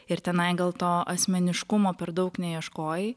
ir tenai gal to asmeniškumo per daug neieškojai